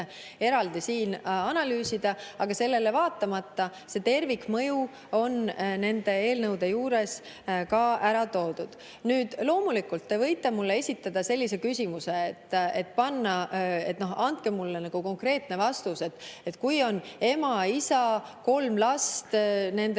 eraldi siin analüüsida, aga sellele vaatamata see tervikmõju on nende eelnõude juures ka ära toodud. Loomulikult te võite mulle esitada sellise küsimuse, et andke mulle konkreetne vastus, et kui on ema, isa, kolm last, nende